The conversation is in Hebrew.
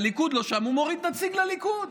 הליכוד לא שם, הוא מוריד נציג לליכוד.